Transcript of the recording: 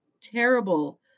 terrible